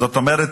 זאת אומרת,